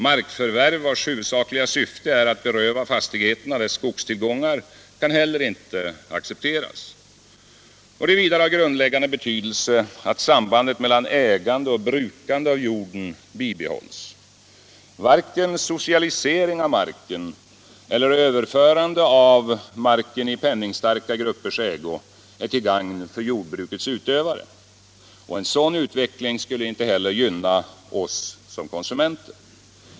Markförvärv vars huvudsakliga syfte är att beröva fastigheterna deras skogstillgångar kan inte heller accepteras. Det är vidare av grundläggande betydelse att sambandet mellan ägande och brukande av jorden bibehålls. Varken socialisering av marken eller överförande av denna i penningstarka gruppers ägo är till gagn för jordbrukets utövare. En sådan utveckling skulle inte heller gynna oss som konsumenter.